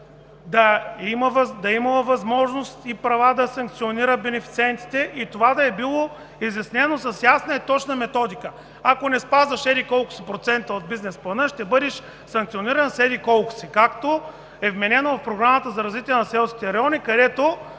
да има възможност и права да санкционира бенефициентите, да е било изяснено с ясна и точна методика – ако не спазваш еди-колко си процента от бизнес плана, ще бъдеш санкциониран с еди-колко си, както е вменено в Програмата за развитие на селските райони, където,